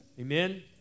Amen